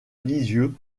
lisieux